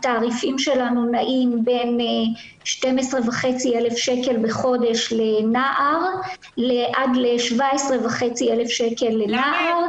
התעריפים שלנו נעים בין 12,500 שקל בחודש לנער עד ל-17,500 שקל לנער.